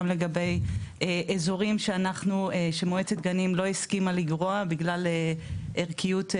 גם לגבי אזורים שמועצת גנים לא הסכימה לגרוע בגלל ערכיות אקולוגית,